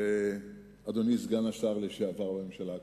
אדוני סגן השר לשעבר בממשלה הקודמת,